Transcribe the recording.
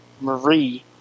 Marie